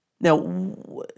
Now